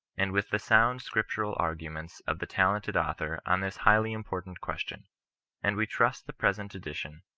and with the sound scriptural arguments of the talented author on this highly important question and we trust the present edition,